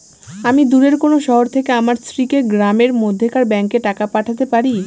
আমি দূরের কোনো শহর থেকে আমার স্ত্রীকে গ্রামের মধ্যেকার ব্যাংকে টাকা পাঠাতে পারি?